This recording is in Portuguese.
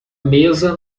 mesa